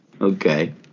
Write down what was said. Okay